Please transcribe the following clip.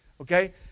Okay